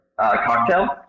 cocktail